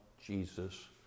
Jesus